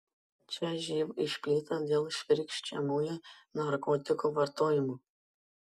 čia živ išplito dėl švirkščiamųjų narkotikų vartojimo